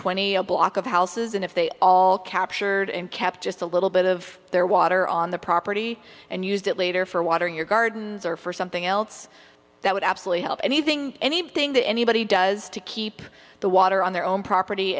twenty a block of houses and if they all captured and kept just a little bit of their water on the property and used it later for watering your gardens or for something else that would absolutely help anything anything that anybody does to keep the water on their own property